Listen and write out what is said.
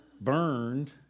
burned